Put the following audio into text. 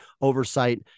oversight